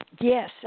Yes